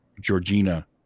Georgina